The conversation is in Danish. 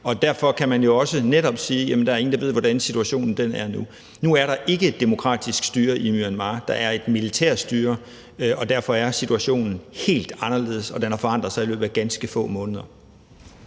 Derfor kan man jo også netop sige, at der er ingen, der ved, hvordan situationen er nu. Nu er der ikke et demokratisk styre i Myanmar. Der er et militærstyre, og derfor er situationen helt anderledes, og den har forandret sig i løbet af ganske få måneder.